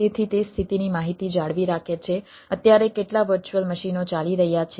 તેથી તે સ્થિતિની માહિતી જાળવી રાખે છે અત્યારે કેટલા વર્ચ્યુઅલ મશીનો ચાલી રહ્યા છે